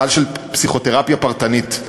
הסל של פסיכותרפיה פרטנית,